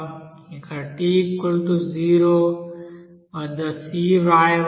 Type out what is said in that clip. ఇక్కడ t0 వద్ద c వ్రాయవచ్చు